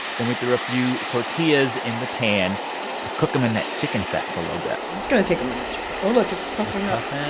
then we threw a few tortillas in the pan to cook them in that chicken fat for a little bit it's going to take a minute to fry. oh, look. it's puffing up and